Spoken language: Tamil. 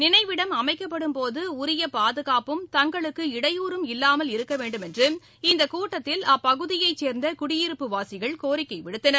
நினைவிடம் அமைக்கப்படும்போது உரிய பாதுகாப்பும் தங்களுக்கு இடையூறும் இல்லாமல் இருக்க வேன்டுமென்று இந்த கூட்டத்தில் அப்பகுதியைச் சேர்ந்த குடியிருப்புவாசிகள் கோரிக்கை விடுத்தனர்